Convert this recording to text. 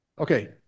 Okay